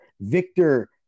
Victor